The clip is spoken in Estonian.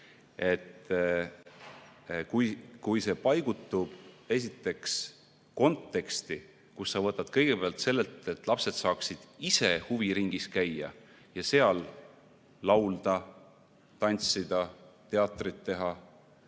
et kui see paigutub konteksti, kus sa võtad kõigepealt sellelt, et lapsed saaksid ise huviringis käia, seal laulda, tantsida, teatrit teha